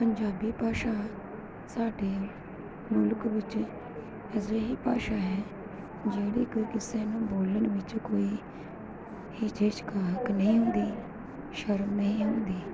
ਪੰਜਾਬੀ ਭਾਸ਼ਾ ਸਾਡੇ ਮੁਲਕ ਵਿੱਚ ਅਜਿਹੀ ਭਾਸ਼ਾ ਹੈ ਜਿਹੜੀ ਕਿ ਕਿਸੇ ਨੂੰ ਬੋਲਣ ਵਿੱਚ ਕੋਈ ਹਿਚਹਿਚਾਹਕ ਨਹੀਂ ਹੁੰਦੀ ਸ਼ਰਮ ਨਹੀਂ ਹੁੰਦੀ